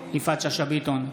יפעת שאשא ביטון,